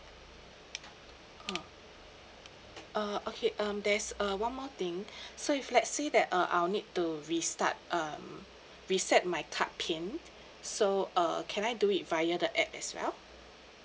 oh uh okay um there's uh one more thing so if let's say that uh I'll need to restart um reset my card pin so err can I do it via the app as well